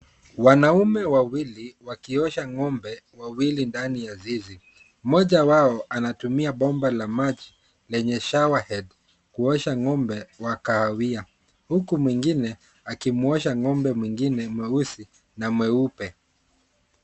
Wanaume wawili wakionsha ngombe wawili ndani ya zizi. Moja wao anatumia bomba la maji lenye showerhead kuonsha ngombe wa kahawia, huku mwingine akimwosha ngombe mwingine mweusi na mweupe.